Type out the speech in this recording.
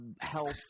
health